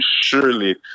surely